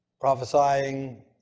prophesying